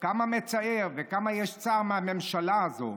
כמה מצער וכמה יש צער מהממשלה הזו,